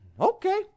okay